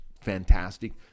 fantastic